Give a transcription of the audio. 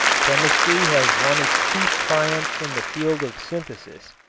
chemistry has won its chief triumphs in the field of synthesis.